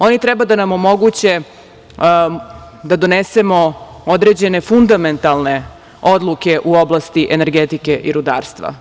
Oni treba da nam omoguće da donesemo određene fundamentalne odluke u oblasti energetike i rudarstva.